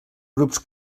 grups